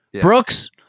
Brooks